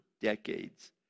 decades